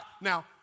Now